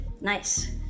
Nice